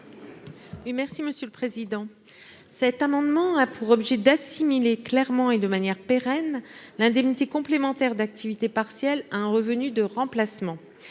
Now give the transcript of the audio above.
Mme Pascale Gruny. Cet amendement a pour objet d'assimiler clairement et de manière pérenne l'indemnité complémentaire d'activité partielle à un revenu de remplacement.